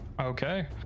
Okay